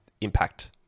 impact